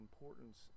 importance